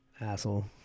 Asshole